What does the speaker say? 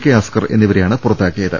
K Askar എന്നിവരെ യാണ് പുറത്താക്കിയത്